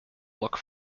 look